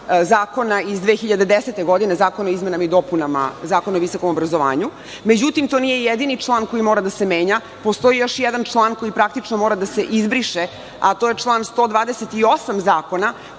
Zakona iz 2010. godine, Zakona o izmenama i dopunama Zakona o visokom obrazovanju.Međutim, to nije jedini član koji mora da se menja. Postoji još jedan član koji praktično mora da se izbriše, a to je član 128. Zakona,